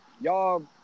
Y'all